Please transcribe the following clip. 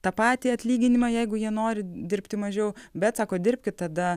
tą patį atlyginimą jeigu jie nori dirbti mažiau bet sako dirbkit tada